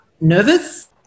nervous